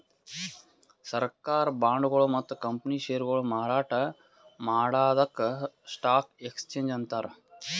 ಸರ್ಕಾರ್ ಬಾಂಡ್ಗೊಳು ಮತ್ತ್ ಕಂಪನಿ ಷೇರ್ಗೊಳು ಮಾರಾಟ್ ಮಾಡದಕ್ಕ್ ಸ್ಟಾಕ್ ಎಕ್ಸ್ಚೇಂಜ್ ಅಂತಾರ